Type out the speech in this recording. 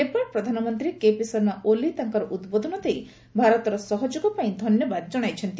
ନେପାଳପ୍ରଧାନମନ୍ତ୍ରୀ କେପିଶର୍ମା ଓଲି ତାଙ୍କର ଉଦ୍ବୋଧନ ଦେଇ ଭାରତର ସହଯୋଗ ପାଇଁ ଧନ୍ୟବାଦ ଜଣାଇଛନ୍ତି